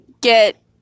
get